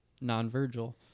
non-Virgil